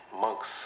Monks